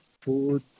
food